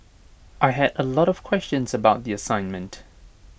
I had A lot of questions about the assignment